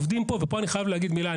ופה אני חייב להגיד מילה.